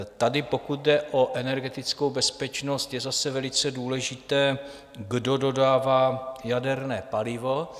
Tady, pokud jde o energetickou bezpečnost, je zase velice důležité, kdo dodává jaderné palivo.